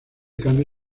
cambio